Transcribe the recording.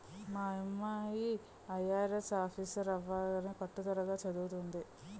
మా అమ్మాయి ఐ.ఆర్.ఎస్ ఆఫీసరవ్వాలని పట్టుదలగా చదవతంది